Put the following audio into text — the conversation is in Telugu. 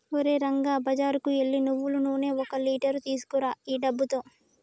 ఓరే రంగా బజారుకు ఎల్లి నువ్వులు నూనె ఒక లీటర్ తీసుకురా ఈ డబ్బుతో